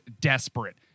desperate